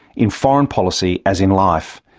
in foreign policy, as in life,